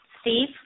Steve